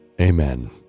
Amen